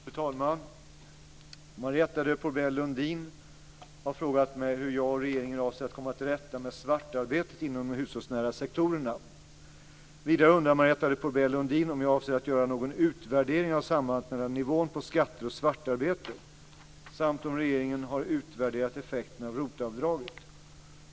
Fru talman! Marietta de Pourbaix-Lundin har frågat mig hur jag och regeringen avser att komma till rätta med svartarbetet inom de hushållsnära sektorerna. Vidare undrar Marietta de Pourbaix-Lundin om jag avser att göra någon utvärdering av sambandet mellan nivån på skatter och svartarbete, samt om regeringen har utvärderat effekterna av ROT avdraget.